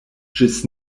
ĝis